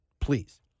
Please